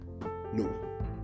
No